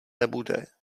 nebude